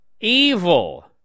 evil